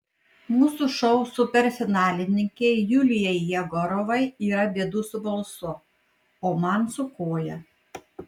mūsų šou superfinalininkei julijai jegorovai yra bėdų su balsu o man su koja